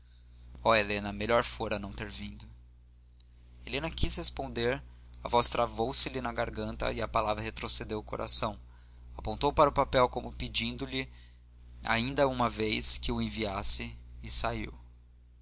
oh helena melhor fora não ter vindo helena quis responder a voz travou se lhe na garganta e a palavra retrocedeu ao coração apontou para o papel como pedindo-lhe ainda uma vez que o enviasse e saiu